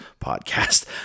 podcast